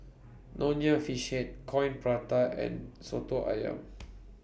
Nonya Fish Head Coin Prata and Soto Ayam